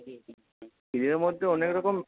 হিলের মধ্যে অনেক রকম